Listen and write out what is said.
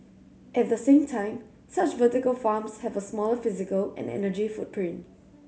at the same time such vertical farms have a smaller physical and energy footprint